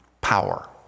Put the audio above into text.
power